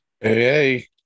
hey